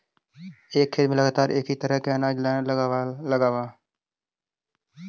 एक खेत में लगातार एक ही तरह के अनाज न लगावऽ